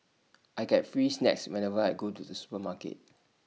I get free snacks whenever I go to the supermarket